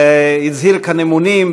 הצהיר כאן אמונים,